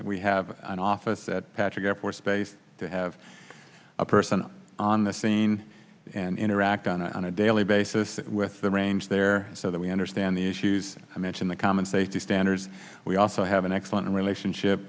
force we have an office at patrick air force base to have a person on the scene and interact on a daily basis with the range there so that we understand the issues i mentioned the common safety standards we also have an excellent relationship